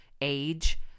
age